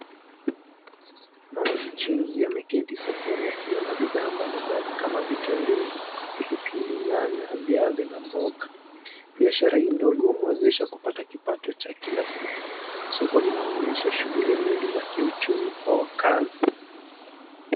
Mama mchuuzi ameketi sokoni akiwa na bidhaa mbalimbali kama vitunguu, pilipili, nyanya, viazi na mboga. Biashara hii ndogo humwezesha kupata kipato cha kila siku. Soko linaonyesha shughuli nyingi za kiuchumi kwa wakazi.